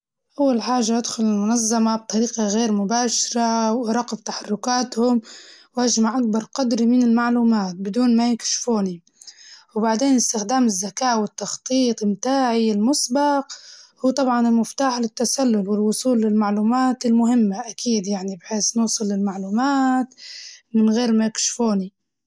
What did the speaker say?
أول حاجة أدخل المنظمة بطريقة غير مباشرة وأراقب تحركاتهم وأجمع أكبر قدر من المعلومات، بدون ما يكشفوني وبعدين استخدام الزكاء والتخطيط متاعي المسبق هو طبعاً المفتاح للتسلل والوصول للمعلومات المهمة أكيد يعني، بحيس نوصل للمعلومات من غير ما يكشفوني.